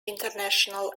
international